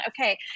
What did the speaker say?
Okay